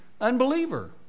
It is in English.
unbeliever